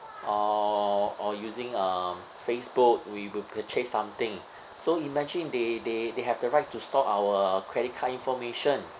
or or using um Facebook we will purchase something so imagine they they they have the right to store our credit card information